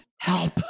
Help